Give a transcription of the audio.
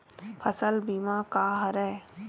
फसल बीमा का हरय?